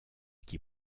qui